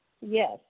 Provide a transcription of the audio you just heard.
Yes